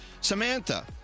Samantha